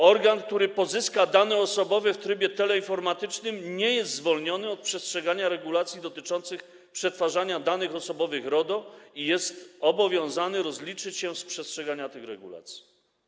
Organ, który pozyska dane osobowe w trybie teleinformatycznym, nie jest zwolniony od przestrzegania regulacji dotyczących przetwarzania danych osobowych, RODO, i jest obowiązany rozliczyć się z przestrzegania tych regulacji.